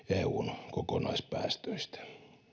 eun kokonaispäästöistä